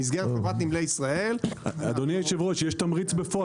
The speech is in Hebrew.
תמריץ בפועל.